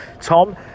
Tom